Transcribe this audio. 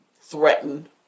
threaten